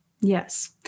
Yes